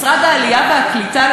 היא משרד העלייה והקליטה.